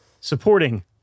supporting